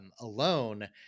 alone